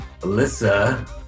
Alyssa